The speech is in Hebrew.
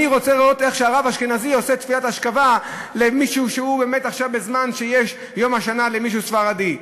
אני רוצה לראות איך רב אשכנזי עושה תפילת אשכבה ביום השנה למישהו ספרדי,